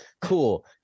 Cool